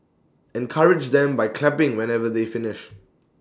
encourage them by clapping whenever they finish